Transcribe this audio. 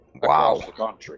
Wow